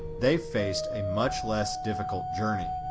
they faced a much less difficult journey.